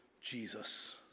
Jesus